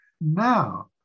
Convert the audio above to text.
Now